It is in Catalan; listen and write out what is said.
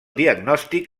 diagnòstic